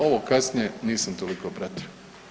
Ovo kasnije nisam toliko pratio.